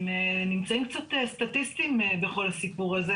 הם נמצאים קצת סטטיסטיים בכל הסיפור הזה